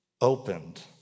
opened